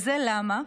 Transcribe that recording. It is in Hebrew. וזה למה?